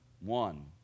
one